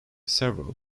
several